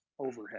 overhead